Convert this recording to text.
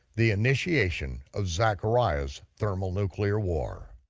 the initiation of zachariah's thermal nuclear war.